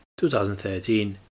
2013